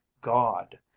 God